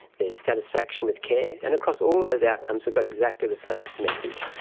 their satisfaction with care. and across all those outcomes we got exactly the same message.